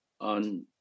on